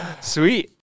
Sweet